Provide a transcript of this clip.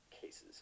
cases